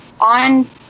on